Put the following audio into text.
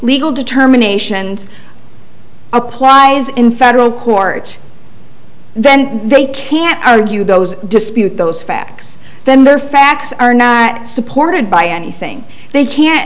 legal determination and applies in federal court then they can argue those dispute those facts then their facts are not supported by anything they can